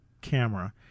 camera